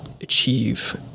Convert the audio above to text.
achieve